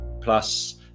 Plus